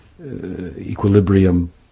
equilibrium